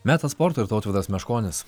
metas sportui ir tautvydas meškonis